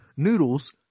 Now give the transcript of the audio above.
Noodles